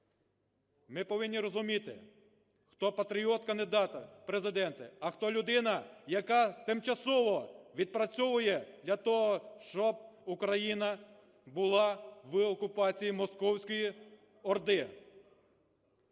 Ми повинні розуміти, хто патріот кандидата в президенти, а хто людина, яка тимчасово відпрацьовує для того, щоб Україна була в окупації московської орди.